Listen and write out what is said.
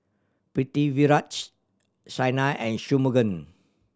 Pritiviraj Saina and Shunmugam